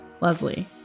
Leslie